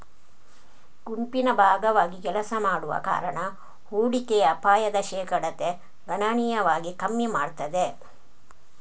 ಗುಂಪಿನ ಭಾಗವಾಗಿ ಕೆಲಸ ಮಾಡುವ ಕಾರಣ ಹೂಡಿಕೆಯ ಅಪಾಯದ ಶೇಕಡತೆ ಗಣನೀಯವಾಗಿ ಕಮ್ಮಿ ಮಾಡ್ತದೆ